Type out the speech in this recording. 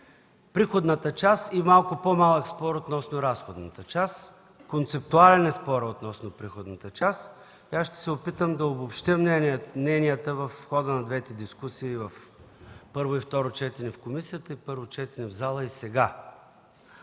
приходната част и малко по-малък спор относно разходната част. Концептуален е спорът относно приходната част и ще се опитам да обобщя мненията в хода на двете дискусии – в първо и второ четене в комисията, и първо четене в залата, и сега.